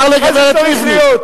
אמר לגברת לבני.